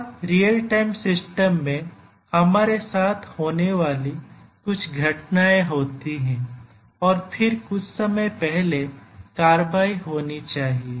हर real time system में हमारे साथ होने वाली कुछ घटनाएं होती हैं और फिर कुछ समय पहले कार्रवाई होनी चाहिए